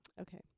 Okay